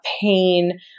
pain